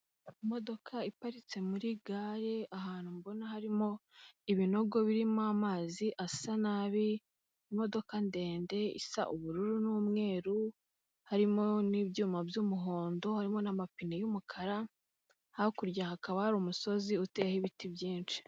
Imodoka iparitse muri gare ahantu mbona harimo ibinogo birimo amazi asa nabi, imodoka ndende isa ubururu n'umweru, harimo n'ibyuma by'umuhondo harimo n'amapine y'umukara hakurya hakaba hari umusozi uteyeho ibiti byinshi.